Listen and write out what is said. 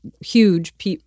huge